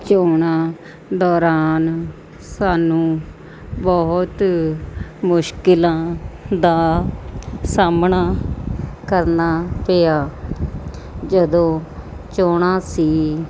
ਚੋਣਾਂ ਦੌਰਾਨ ਸਾਨੂੰ ਬਹੁਤ ਮੁਸ਼ਕਿਲਾਂ ਦਾ ਸਾਹਮਣਾ ਕਰਨਾ ਪਿਆ ਜਦੋਂ ਚੋਣਾਂ ਸੀ